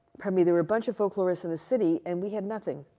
i mean there were a bunch of folklorists in the city, and we had nothing.